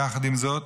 יחד עם זאת,